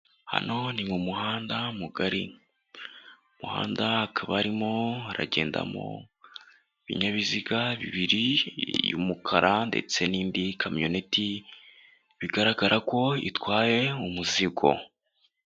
Hano ni mu muhanda mugari, umuhanda hakaba harimo haragendamo ibinyabiziga bibiri, umukara ndetse n'indi y'ikamyoneti, bigaragara ko itwaye umuzingo.